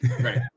Right